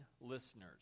listeners